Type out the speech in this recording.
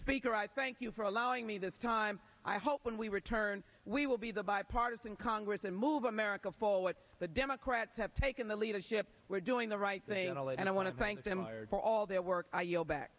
speaker i thank you for allowing me this time i hope when we return we will be the bipartisan congress and move america forward the democrats have taken the leadership we're doing the right thing and all that and i want to thank them for all their work i yield back